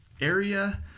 area